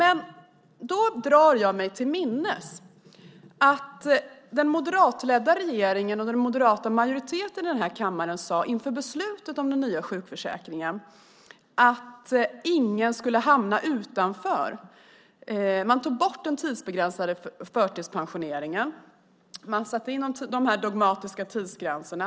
Jag drar mig till minnes att den moderatledda regeringen och den moderata majoriteten i kammaren inför beslutet om den nya sjukförsäkringen sade att ingen skulle hamna utanför. Man tog bort den tidsbegränsade förtidspensioneringen och satte in de dogmatiska tidsgränserna.